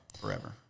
forever